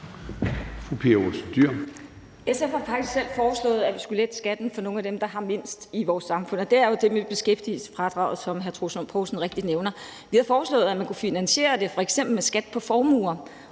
SF har faktisk selv foreslået, at vi skulle lette skatten for nogle af dem, der har mindst i vores samfund, og det er jo det med beskæftigelsesfradraget, som hr. Troels Lund Poulsen rigtigt nævner. Vi havde foreslået, at man kunne finansiere det med f.eks. en skat på formuer